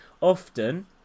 often